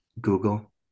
Google